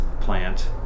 plant